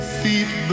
feet